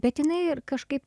bet jinai ir kažkaip